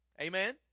Amen